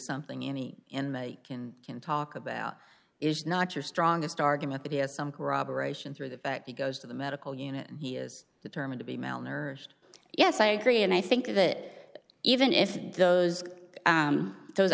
something any in macon can talk about is not your strongest argument but he has some corroboration through the back he goes to the medical unit he is determined to be malnourished yes i agree and i think that even if those those